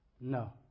No